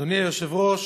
אדוני היושב-ראש,